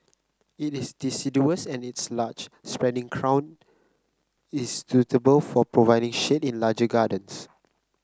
it is deciduous and its large spreading crown is suitable for providing shade in large gardens